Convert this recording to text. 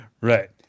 Right